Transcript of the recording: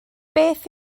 beth